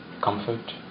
comfort